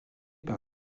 par